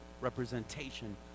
representation